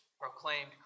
proclaimed